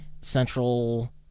central